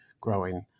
growing